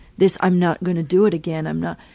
this, i'm not gonna do it again. i'm not,